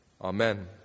Amen